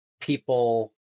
people